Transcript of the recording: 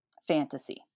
fantasy